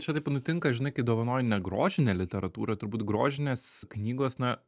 čia taip nutinka žinai kai dovanoji ne grožinę literatūrą turbūt grožinės knygos na